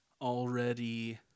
already